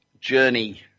Journey